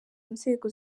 nzego